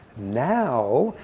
now,